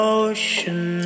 ocean